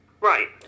Right